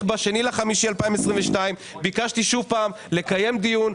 ב-2.5.2022 ביקשתי שוב פעם לקיים דיון,